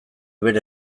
bere